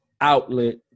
outlet